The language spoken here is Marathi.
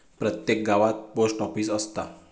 प्रत्येक गावात पोस्ट ऑफीस असता